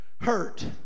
hurt